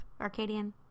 Arcadian